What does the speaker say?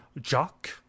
Jock